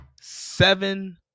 seven